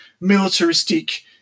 militaristic